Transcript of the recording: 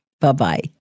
Bye-bye